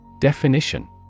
Definition